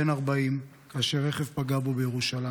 בן 40, כאשר רכב פגע בו בירושלים.